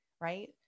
right